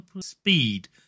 speed